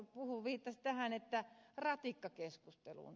ukkola viittasi tähän ratikkakeskusteluun